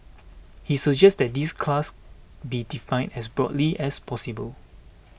he suggested that this class be defined as broadly as possible